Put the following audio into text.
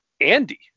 Andy